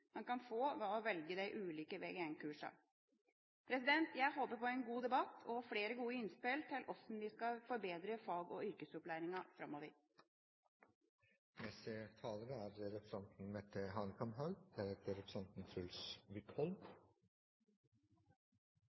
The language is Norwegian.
man kan få ved å velge de ulike Vg1-kursene. Jeg håper på en god debatt og flere gode innspill til hvordan vi skal forbedre fag- og yrkesopplæringa framover. Vi i Fremskrittspartiet mener at det er